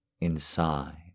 inside